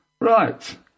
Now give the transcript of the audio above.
right